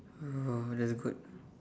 oh that's good